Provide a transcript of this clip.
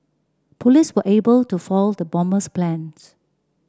police were able to foil the bomber's plans